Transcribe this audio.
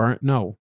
No